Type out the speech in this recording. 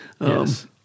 Yes